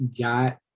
got